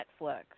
Netflix